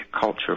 culture